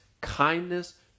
kindness